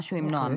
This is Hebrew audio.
משהו עם נועם.